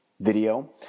Video